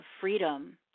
freedom